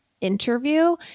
interview